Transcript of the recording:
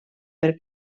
per